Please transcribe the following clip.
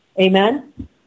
Amen